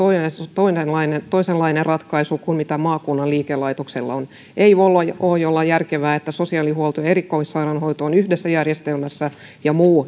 toisenlainen toisenlainen ratkaisu kuin mitä maakunnan liikelaitoksella on ei voi olla järkevää että sosiaalihuolto ja erikoissairaanhoito ovat yhdessä järjestelmässä ja muu